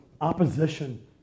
opposition